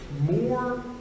more